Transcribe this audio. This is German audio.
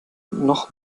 noch